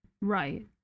right